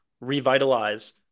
revitalize